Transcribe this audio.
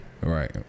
Right